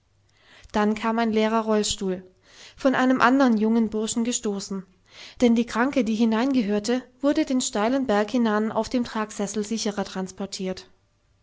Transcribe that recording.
dann kam ein leerer rollstuhl von einem andern jungen burschen gestoßen denn die kranke die hineingehörte wurde den steilen berg hinan auf dem tragsessel sicherer transportiert